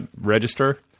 register